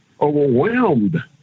overwhelmed